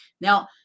Now